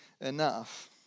enough